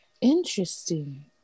interesting